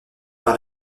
par